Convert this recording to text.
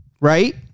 right